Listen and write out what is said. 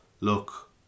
look